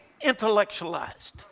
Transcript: intellectualized